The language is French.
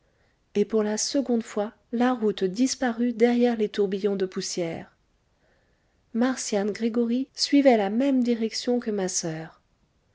et pour la seconde fois la route disparut derrière les tourbillons de poussière marcian gregoryi suivait la même direction que ma soeur